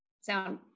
sound